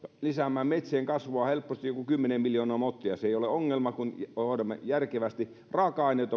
lisäämään metsien kasvua helposti joku kymmenen miljoonaa mottia se ei ole ongelma kun hoidamme sen järkevästi raaka aineet